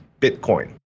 Bitcoin